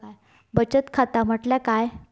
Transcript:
बचत खाता म्हटल्या काय?